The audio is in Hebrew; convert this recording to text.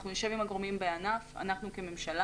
אנחנו נשב עם הגורמים בענף אנחנו כממשלה